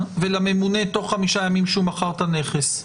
ולממונה תוך 5 ימים שהוא מכר את הנכס,